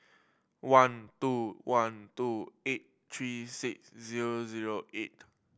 one two one two eight three six zero zero eight